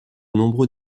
nombreux